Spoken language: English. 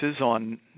on